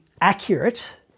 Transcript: accurate